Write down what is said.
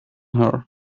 her